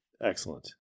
Excellent